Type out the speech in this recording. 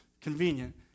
convenient